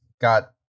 got